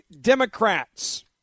Democrats